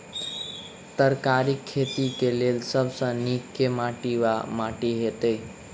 तरकारीक खेती केँ लेल सब सऽ नीक केँ माटि वा माटि हेतै?